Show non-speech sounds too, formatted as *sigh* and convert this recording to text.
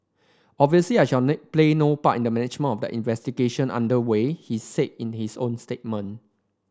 obviously I shall *unintelligible* play no part in the management of the investigation under way he said in his own statement